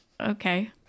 Okay